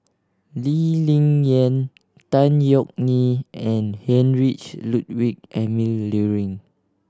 Lee Ling Yen Tan Yeok Nee and Heinrich Ludwig Emil Luering